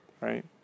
right